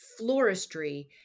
floristry